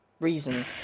reason